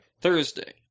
Thursday